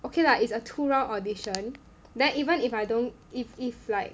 okay lah it's a two round audition then even if I don't if if like